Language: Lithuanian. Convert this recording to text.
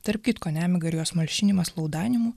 tarp kitko nemiga ir jos malšinimas laudaniumu